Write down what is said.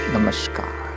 Namaskar